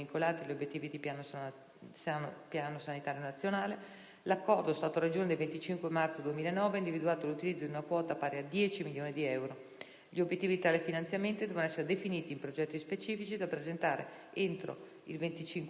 Piano sanitario nazionale, l'Accordo Stato-Regioni del 25 marzo 2009 ha individuato l'utilizzo di una quota pari a 10 milioni di euro. Gli obiettivi di tale finanziamento dovevano essere definiti in progetti specifici da presentare entro il 25 maggio scorso da parte delle Regioni.